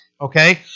okay